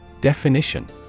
Definition